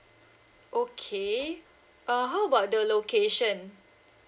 okay uh how about the location